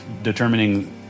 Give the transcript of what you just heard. determining